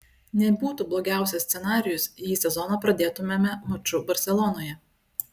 nebūtų blogiausias scenarijus jei sezoną pradėtumėme maču barselonoje